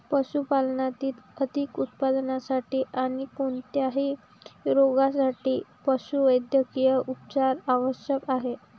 पशुपालनातील अधिक उत्पादनासाठी आणी कोणत्याही रोगांसाठी पशुवैद्यकीय उपचार आवश्यक आहेत